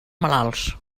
malalts